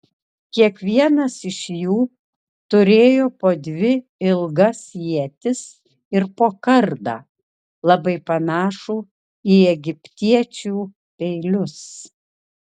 kiekvienas iš jų turėjo po dvi ilgas ietis ir po kardą labai panašų į egiptiečių peilius